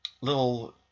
little